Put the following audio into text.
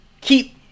Keep